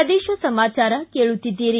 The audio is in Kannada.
ಪ್ರದೇಶ ಸಮಾಚಾರ ಕೇಳುತ್ತೀದ್ದಿರಿ